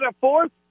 fourth